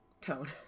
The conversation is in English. Tone